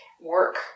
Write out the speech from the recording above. work